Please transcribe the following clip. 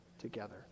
together